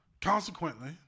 Consequently